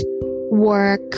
work